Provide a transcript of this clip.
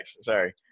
Sorry